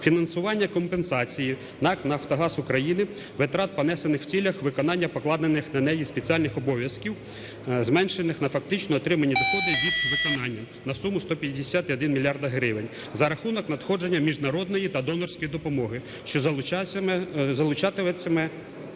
Фінансування компенсації НАК "Нафтогаз України" витрат, понесених в цілях виконання покладених на неї спеціальних обов'язків, зменшених на фактично отримані доходи від виконання на суму 150,1 мільярда гривень за рахунок надходження міжнародної та донорської допомоги, що залучатиметься до